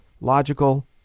logical